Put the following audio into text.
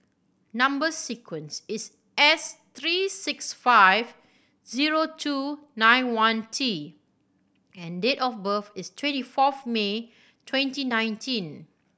number sequence is S three six five zero two nine one T and date of birth is twenty fourth May twenty nineteen